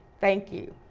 thank you.